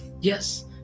yes